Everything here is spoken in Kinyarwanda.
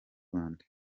rwanda